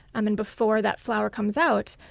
um and before that flower comes out,